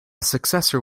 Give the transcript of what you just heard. successor